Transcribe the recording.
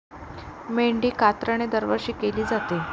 मेंढी कातरणे दरवर्षी केली जाते